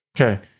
Okay